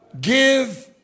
give